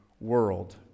world